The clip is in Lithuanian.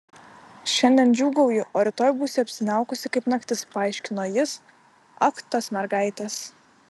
šiandien džiūgauji o rytoj būsi apsiniaukusi kaip naktis paaiškino jis ak tos mergaitės